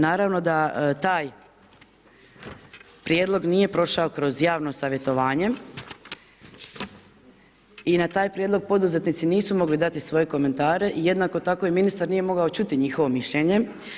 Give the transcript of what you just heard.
Naravno da taj prijedlog nije prošao kroz javno savjetovanje i na taj prijedlog poduzetnici nisu mogli dati svoje komentare i jednako tako je ministar nije mogao čuti njihovo mišljenje.